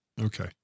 okay